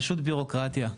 פשוט בירוקרטיה.